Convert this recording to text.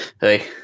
Hey